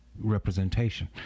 representation